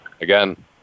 again